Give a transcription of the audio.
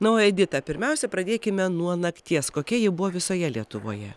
na o edita pirmiausia pradėkime nuo nakties kokia ji buvo visoje lietuvoje